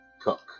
Cook